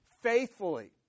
faithfully